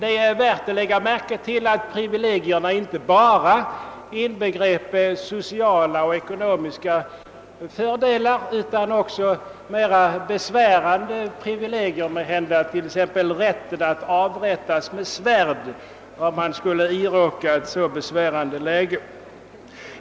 Det är värt att lägga märke till att privilegierna inte bara inbegrep sociala och ekonomiska fördelar utan också måhända mera besvärande privilegier, t.ex. rätten att avrättas med svärd, om man händelsevis skulle råka i en så besvärlig situation.